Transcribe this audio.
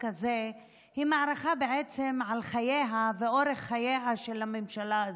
הזה היא מערכה בעצם על חייה ואורך חייה של הממשלה הזו.